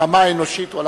ברמה האנושית.